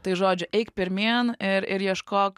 tai žodžiu eik pirmyn ir ir ieškok